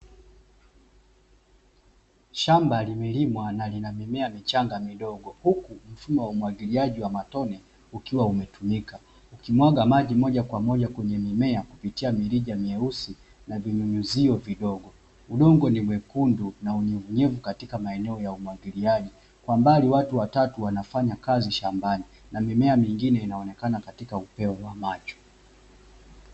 Shamba limelimwa na lina mimea michanga midogo huku mfumo wa umwagiliaji wa matone, ukiwa umetumika ukimwaga maji moja kwa moja kwenye mimea kupitia mirija meusi na vinyunyuzio vidogo, udongo ni mwekundu na wenye unyenyevu katika maeneo ya umwagiliaji, kwa mbali watu watatu wanafanya kazi shambani na mimea mingine inaonekana katika upeo wa macho.